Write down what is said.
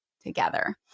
together